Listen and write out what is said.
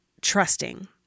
trusting